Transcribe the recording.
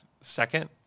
second